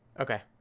Okay